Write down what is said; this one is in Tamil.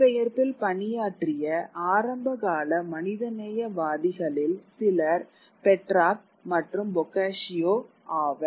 மொழிபெயர்ப்பில் பணியாற்றிய ஆரம்பகால மனிதநேயவாதிகளில் சிலர் பெட்ராக் மற்றும் போகாசியோ ஆவர்